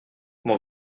mon